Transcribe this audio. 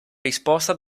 risposta